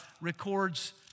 records